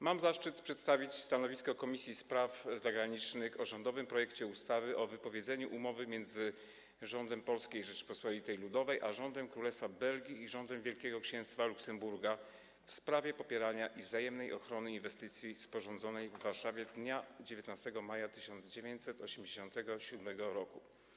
Mam zaszczyt przedstawić stanowisko Komisji Spraw Zagranicznych o rządowym projekcie ustawy o wypowiedzeniu Umowy między Rządem Polskiej Rzeczypospolitej Ludowej a Rządem Królestwa Belgii i Rządem Wielkiego Księstwa Luksemburga w sprawie popierania i wzajemnej ochrony inwestycji, sporządzonej w Warszawie dnia 19 maja 1987 r.